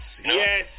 yes